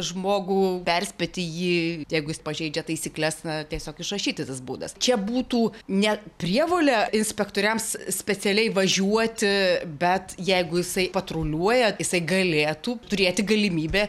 žmogų perspėti jį tegu jis pažeidžia taisykles na tiesiog išrašyti tas būdas čia būtų ne prievolė inspektoriams specialiai važiuoti bet jeigu jisai patruliuoja jisai galėtų turėti galimybę